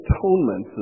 Atonement